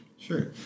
Sure